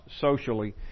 socially